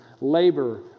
labor